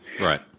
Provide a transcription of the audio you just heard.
Right